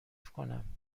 کنم